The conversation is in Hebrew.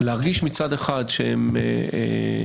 להרגיש מצד אחד שהם באמת